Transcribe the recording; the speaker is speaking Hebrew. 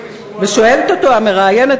ושואלת אותו המראיינת,